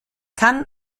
kann